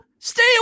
Stay